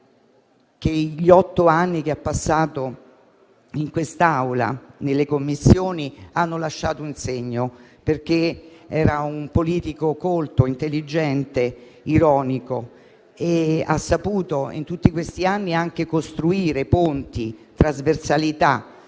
Gli otto anni che ha passato in quest'Aula, nelle Commissioni, hanno lasciato un segno, perché era un politico colto, intelligente e ironico. Egli ha saputo, in tutti questi anni, costruire ponti e trasversalità,